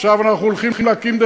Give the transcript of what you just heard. עכשיו אנחנו הולכים להקים,